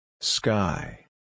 Sky